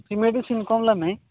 ସେ ମେଡିସିନ କମିଲା ନାହିଁ